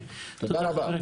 תודה רבה.